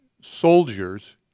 soldiers